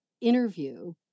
interview